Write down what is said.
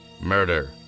Murder